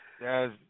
Yes